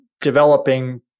developing